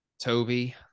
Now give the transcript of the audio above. Toby